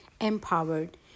empowered